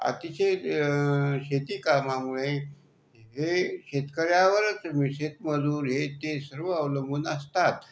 अतिशय शेती कामामुळे हे शेतकऱ्यावर वीसेक मजूर हे ते सर्व अवलंबून असतात